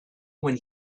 when